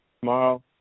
tomorrow